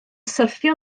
syrthio